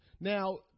Now